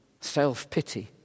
self-pity